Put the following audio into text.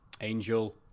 Angel